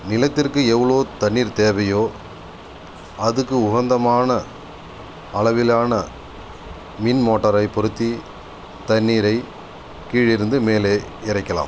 நிலத்திற்கு எவ்வளோ தண்ணீர் தேவையோ அதுக்கு உகந்தமான அளவிலான மின் மோட்டரை பொருத்தி தண்ணீரை கீழிருந்து மேலே இறைக்கலாம்